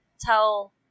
tell